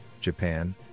Japan